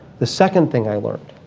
the second thing i learned,